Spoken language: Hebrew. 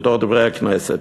מתוך "דברי הכנסת".